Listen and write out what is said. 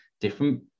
different